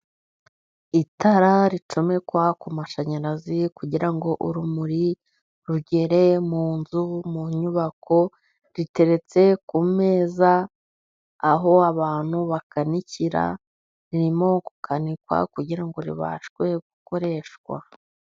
Itara ricomekwa ku mashanyarazi kugira ngo urumuri rugere mu nzu, mu nyubako, riteretse ku meza aho abantu bakanikira, ririmo gukanikwa kugira ngo ribashe gukoreshwa.